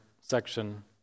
section